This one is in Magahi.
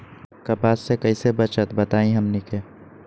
कपस से कईसे बचब बताई हमनी के?